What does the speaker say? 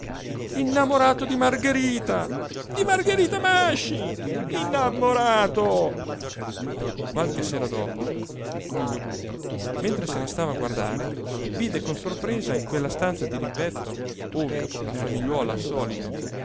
innamorato di margherita di margherita masci innamorato qualche sera dopo tullio buti mentre se ne stava a guardare vide con sorpresa in quella stanza dirimpetto ove la famigliuola al solito